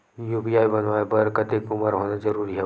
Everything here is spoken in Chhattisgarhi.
यू.पी.आई बनवाय बर कतेक उमर होना जरूरी हवय?